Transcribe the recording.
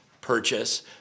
purchase